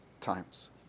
times